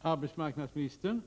ses över.